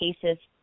case's